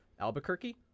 Albuquerque